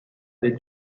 del